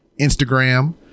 Instagram